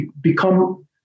become